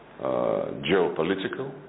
geopolitical